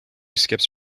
skips